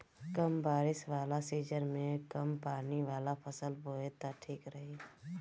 कम बारिश वाला सीजन में कम पानी वाला फसल बोए त ठीक रही